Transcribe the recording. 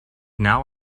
now